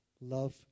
Love